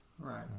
Right